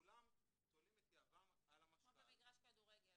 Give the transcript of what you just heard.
כולם תולים את יהבם על המשכ"ל -- כמו במגרש כדורגל,